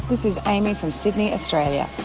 this is amy from sydney, australia.